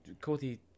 Cody